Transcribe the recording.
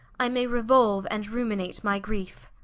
i may reuolue and ruminate my greefe.